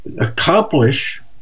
accomplish